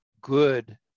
good